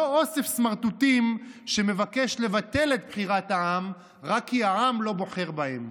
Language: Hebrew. לא אוסף סמרטוטים שמבקש לבטל את בחירת העם רק כי העם לא בוחר בהם.